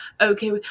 okay